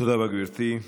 תודה רבה, גברתי.